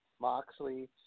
Moxley